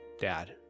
dad